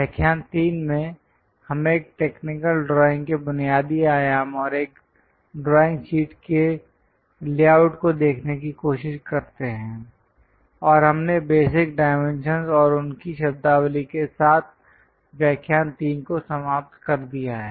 व्याख्यान 3 में हम एक टेक्निकल ड्राइंग के बेसिक डाइमेंशंस और एक ड्राइंग शीट के लेआउट को देखने की कोशिश करते हैं और हमने बेसिक डाइमेंशंस और उनकी शब्दावली के साथ व्याख्यान 3 को समाप्त कर दिया है